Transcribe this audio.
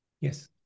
Yes